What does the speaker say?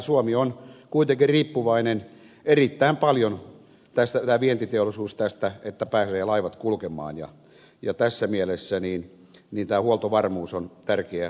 suomi sen vientiteollisuus on kuitenkin riippuvainen erittäin paljon tästä että pääsevät laivat kulkemaan ja tässä mielessä tämä huoltovarmuus on tärkeä asia